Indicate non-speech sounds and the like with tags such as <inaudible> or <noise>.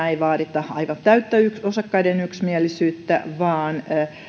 <unintelligible> ei vaadita aivan täyttä osakkaiden yksimielisyyttä vaan